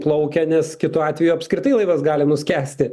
plaukia nes kitu atveju apskritai laivas gali nuskęsti